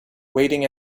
waiting